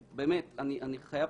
"דובק"